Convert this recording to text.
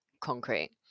concrete